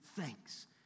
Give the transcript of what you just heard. thanks